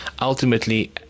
ultimately